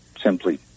simply